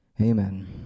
Amen